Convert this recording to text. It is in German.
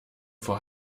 vor